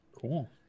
cool